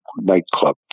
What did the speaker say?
nightclub